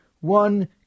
one